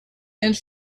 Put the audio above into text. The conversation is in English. and